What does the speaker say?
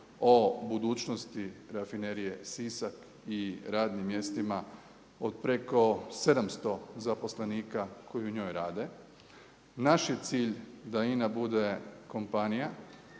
o budućnosti Rafinerije Sisak i radnim mjestima od preko 700 zaposlenika koji u njoj rade. Naš je cilj da INA bude kompanija